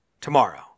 tomorrow